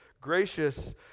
gracious